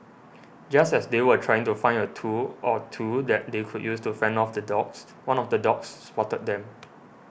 just as they were trying to find a tool or two that they could use to fend off the dogs one of the dogs spotted them